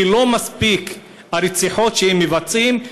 כי לא מספיק הרציחות שהם מבצעים,